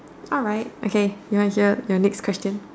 alright okay you want hear your next question